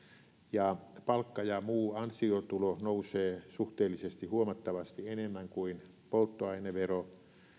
ja palkka ja muu ansiotulo nousee suhteellisesti huomattavasti enemmän kuin polttoainevero